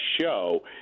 show